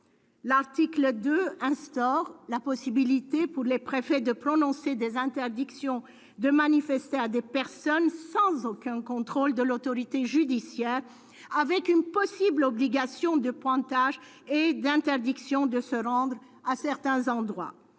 L'article 2 instaure la possibilité pour les préfets de prononcer des interdictions de manifester à des personnes, sans aucun contrôle de l'autorité judiciaire, avec une possible obligation de pointage et d'interdiction de se rendre à certains endroits.